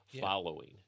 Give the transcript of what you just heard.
following